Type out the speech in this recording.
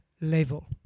level